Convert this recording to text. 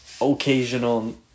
occasional